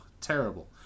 terrible